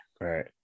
right